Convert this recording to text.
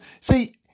see